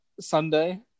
Sunday